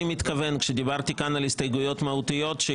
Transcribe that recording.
מתכוון כשדיברתי כאן על הסתייגויות מהותיות.